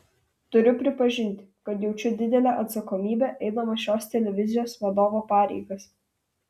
turiu pripažinti kad jaučiu didelę atsakomybę eidamas šios televizijos vadovo pareigas